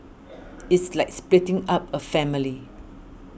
it's like splitting up a family